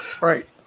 right